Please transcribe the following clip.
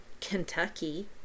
Kentucky